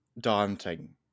daunting